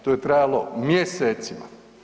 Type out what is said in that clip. To je trajalo mjesecima.